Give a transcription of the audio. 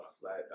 flat